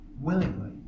willingly